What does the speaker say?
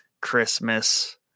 christmas